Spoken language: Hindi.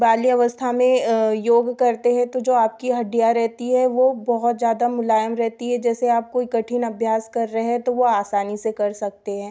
बाल्यावस्था में योग करते है तो जो आपकी हड्डियाँ रहती है वह बहुत ज़्यादा मुलायम रहती है जैसे आप कोई कठिन अभ्यास कर रहे हैं तो वह आसानी से कर सकते हैं